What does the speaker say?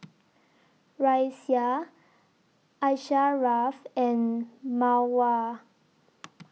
Raisya Asharaff and Mawar